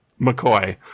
McCoy